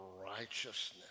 righteousness